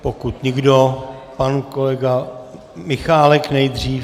Pokud nikdo pan kolega Michálek nejdřív.